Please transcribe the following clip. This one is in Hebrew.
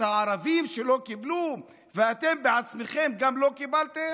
הערבים שלא קיבלו ואתם בעצמכם לא קיבלתם?